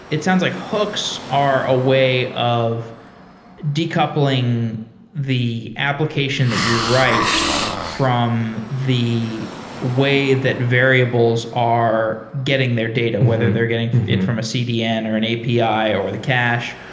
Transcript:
it sounds like hooks are a way of decoupling the application that you write from the way that variables are getting their data, whether they're getting it from a cdn, or an api, or the cache,